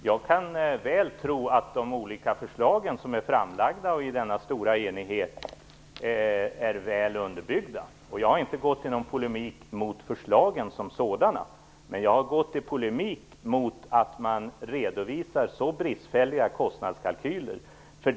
Herr talman! Jag kan mycket väl tro att de olika förslag som är framlagda i denna stora enighet är väl underbyggda. Jag har inte gått i någon polemik mot förslagen som sådana. Jag har gått i polemik mot att man redovisar så bristfälliga kostnadskalkyler.